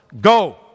go